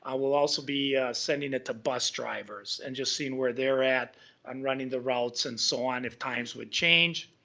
we'll also be sending it to bus drivers and just seeing where they're at on running the routes and so on, if times would change.